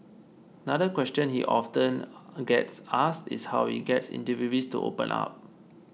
another question he often gets asked is how he gets interviewees to open up